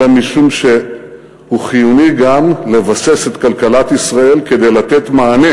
אלא שהוא חיוני גם כדי לבסס את כלכלת ישראל כדי לתת מענה